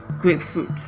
grapefruit